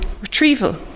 retrieval